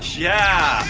yeah.